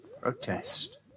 Protest